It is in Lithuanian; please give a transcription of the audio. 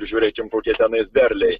žiūrėkim kokie tenais derliai